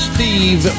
Steve